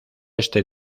este